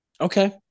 Okay